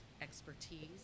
expertise